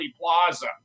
Plaza